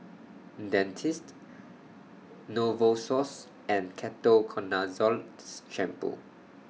Dentiste Novosource and Ketoconazole Shampoo